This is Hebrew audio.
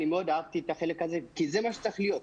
מאוד אהבתי את החלק הזה כי זה מה שצריך להיות.